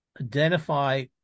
identify